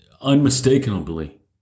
unmistakably